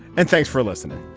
and thanks for listening